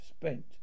Spent